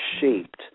shaped